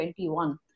2021